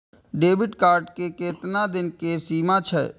Debit card के केतना दिन के सीमा छै?